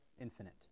infinite